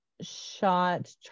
shot